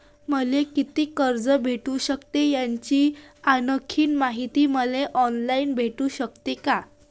मले कितीक कर्ज भेटू सकते, याची आणखीन मायती मले ऑनलाईन भेटू सकते का?